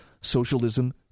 socialism